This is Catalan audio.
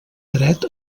dret